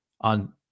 on